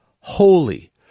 holy